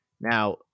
Now